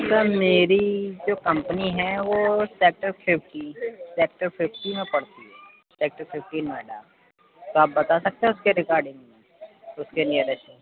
سر میری جو کمپنی ہے وہ سیکٹر ففٹی سیکٹر ففٹین میں پڑتی ہے سیکٹر ففٹین نوئیڈا تو آپ بتا سکتے ہیں اُس کے رگارڈنگ میں اُس کے نیئریسٹ